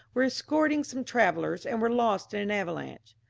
were escorting some travellers, and were lost in an avalanche.